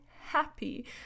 happy